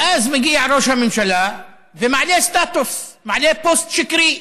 ואז מגיע ראש הממשלה ומעלה סטטוס, מעלה פוסט שקרי.